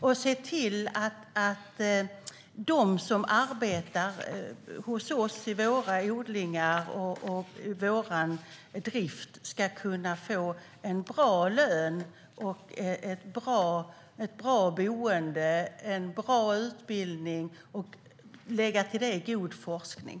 Vi ska se till att de som arbetar hos oss i våra odlingar och i vår drift ska kunna få en bra lön, ett bra boende och en bra utbildning. Till detta ska vi lägga en god forskning.